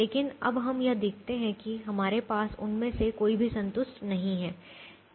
लेकिन अब हम यह देखते हैं कि हमारे पास उनमें से कोई भी संतुष्ट नहीं है